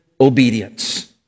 obedience